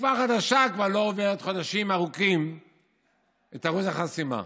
תקווה חדשה כבר לא עוברת חודשים ארוכים את אחוז החסימה.